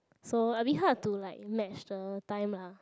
so I will be hard to like match the time lah